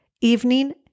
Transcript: Evening